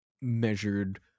measured